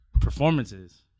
performances